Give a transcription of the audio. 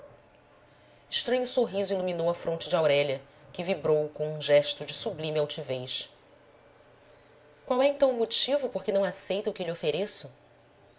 estranho sorriso iluminou a fronte de aurélia que vibrou com um gesto de sublime altivez qual é então o motivo por que não aceita o que lhe ofereço